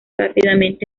rápidamente